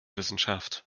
wissenschaft